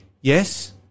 yes